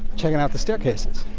checking out the staircases.